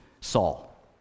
Saul